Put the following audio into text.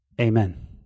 Amen